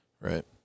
Right